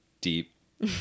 Deep